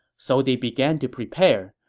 so they began to prepare.